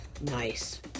Nice